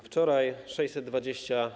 Wczoraj - 621